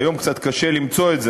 היום קצת קשה למצוא את זה,